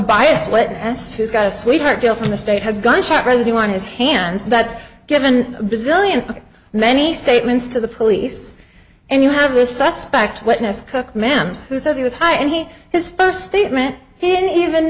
biased witness who's got a sweetheart deal from the state has gunshot residue on his hands that's given a bazillion many statements to the police and you have a suspect witness cook man who says he was high and he his first statement